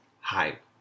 hype